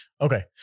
okay